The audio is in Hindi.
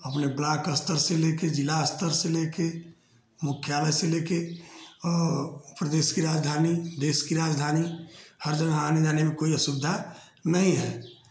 अपने ब्लॉक अस्तर से लेकर ज़िला अस्तर से लेकर मुख्यालय से लेकर प्रदेश की राजधानी देश की राजधानी हर जगह आने जाने में कोई असुविधा नहीं है